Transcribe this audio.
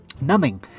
Numbing